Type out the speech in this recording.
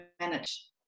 manage